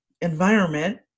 environment